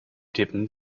tippen